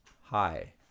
Hi